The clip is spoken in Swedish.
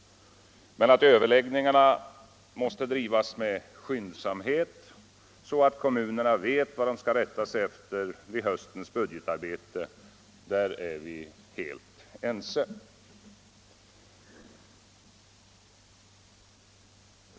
Men att överläggningarna måste drivas med skyndsamhet så att kommunerna vet vad de skall rätta sig efter vid höstens budgetarbete är vi helt ense om.